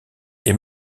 est